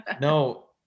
no